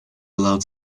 allowed